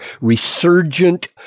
resurgent